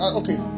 okay